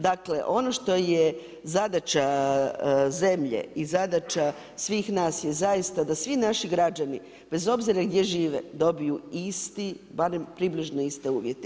Dakle ono što je zadaća zemlje i zadaća svih nas je zaista da svi naši građani bez obzira gdje žive dobiju isti, barem približno iste uvjete.